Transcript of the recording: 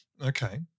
Okay